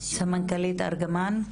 סמנכ"לית ארגמן.